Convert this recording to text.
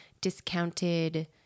discounted